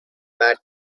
bad